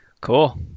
cool